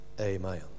Amen